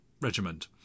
Regiment